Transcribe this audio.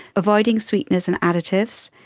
avoiding sweeteners and additives.